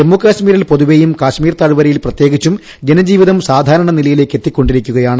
ജമ്മുകാശ്മീരിൽ പൊതുവെയും കാശ്മീർ താഴ്വരയിൽ പ്ര്യേകിച്ചും ജനജീവിതം സാധാരണ നിലയിലേയ്ക്ക് എത്തുറിക്ക്മൊണ്ടിരിക്കുകയാണ്